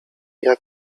jak